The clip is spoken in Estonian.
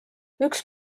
üks